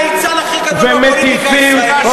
ומטיפים,